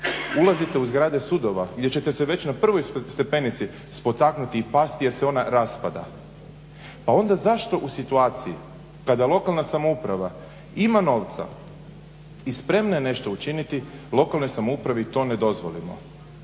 ulazite u zgrade sudova gdje ćete se već na prvoj stepenici spotaknuti i pasti jer se ona raspada. Pa onda zašto u situaciji kada lokalna samouprava ima novca i spremna je nešto učiniti, lokalnoj samoupravi to ne dozvolimo?